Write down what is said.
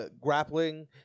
grappling